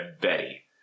Betty